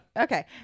Okay